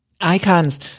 icons